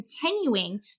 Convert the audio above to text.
continuing